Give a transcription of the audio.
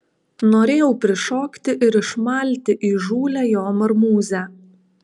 norėjau prišokti ir išmalti įžūlią jo marmūzę